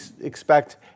expect